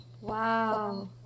Wow